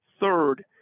Third